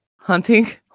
hunting